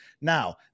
Now